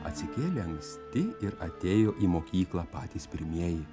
atsikėlė anksti ir atėjo į mokyklą patys pirmieji